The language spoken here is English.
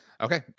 Okay